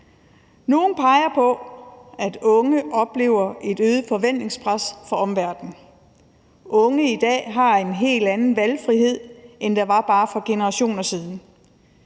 Nogle peger på, at unge oplever et øget forventningspres fra omverdenen. Unge i dag har en helt anden valgfrihed, end der var bare for generationer siden.